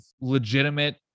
legitimate